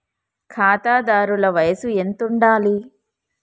ఖాతాదారుల వయసు ఎంతుండాలి?